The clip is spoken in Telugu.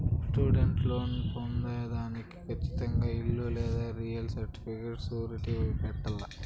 స్టూడెంట్ లోన్ పొందేదానికి కచ్చితంగా ఇల్లు లేదా రియల్ సర్టిఫికేట్ సూరిటీ పెట్టాల్ల